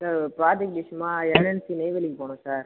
sir ஒரு project விஷியமாக NLC நெய்வேலிக்கு போகனும் சார்